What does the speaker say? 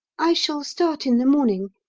i shall start in the morning.